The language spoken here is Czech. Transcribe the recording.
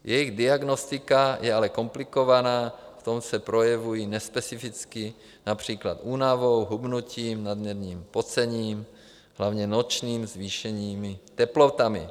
Jejich diagnostika je ale komplikovaná, v tom se projevují nespecificky, například únavou, hubnutím, nadměrným pocením, hlavně nočním, zvýšenými teplotami.